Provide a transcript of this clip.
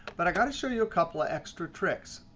but i got to show you a couple of extra tricks.